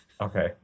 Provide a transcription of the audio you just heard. Okay